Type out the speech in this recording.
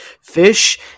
fish